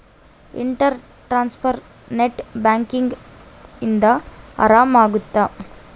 inter transfer net banking ಇಂದ ಆರಾಮ ಅಗುತ್ತ